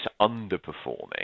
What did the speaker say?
underperforming